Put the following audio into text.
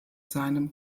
seinem